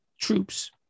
troops